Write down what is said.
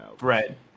right